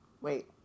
wait